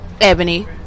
ebony